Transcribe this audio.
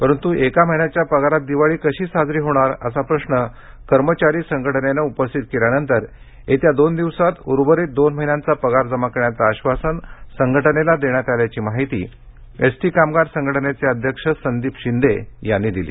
परंतू एका महिन्याच्या पगारात दिवाळी कशी साजरी होणार असा प्रश्न कर्मचारी संघटनेनं उपस्थित केल्यानंतर येत्या दोन दिवसात उर्वरित दोन महिन्यांचा पगार जमा करण्याचं आश्वासन संघटनेला देण्यात आल्याची माहिती एसटी कामगार संघटनेचे अध्यक्ष संदीप शिंदे यांनी दिली